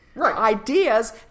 ideas